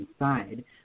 inside